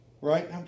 right